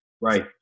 Right